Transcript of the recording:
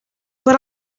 but